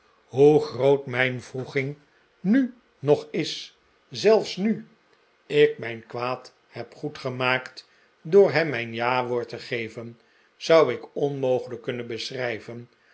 hoe groot mijn wroeging nil nog is zelfs nu ik mijn kwaad heb goedgemaakt door hem mijn jawoord te geven zou ik onmogelijk kunnen beschrijven